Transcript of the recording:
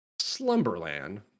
Slumberland